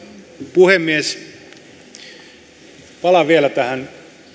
puhemies palaan vielä tähän